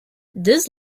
this